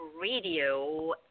Radio